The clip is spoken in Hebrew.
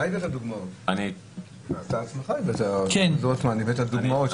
אתה עצמך הבאת דוגמאות.